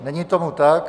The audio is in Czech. Není tomu tak.